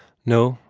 no,